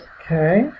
Okay